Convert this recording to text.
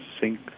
sink